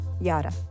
yada